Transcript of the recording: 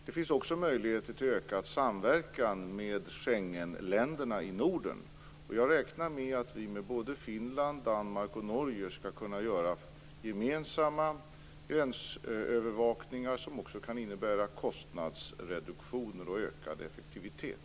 Det finns också möjligheter till ökad samverkan med Schengenländerna i Norden, och jag räknar med att vi skall kunna genomföra gemensam gränsövervakning med Finland, Danmark och Norge, vilket också kan innebära kostnadsreduktioner och ökad effektivitet.